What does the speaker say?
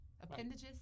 Appendages